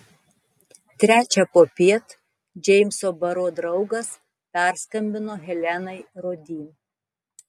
trečią popiet džeimso baro draugas perskambino helenai rodin